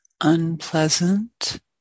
unpleasant